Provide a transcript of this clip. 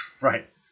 Right